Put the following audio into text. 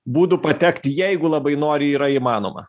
būdų patekt jeigu labai nori yra įmanoma